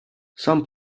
some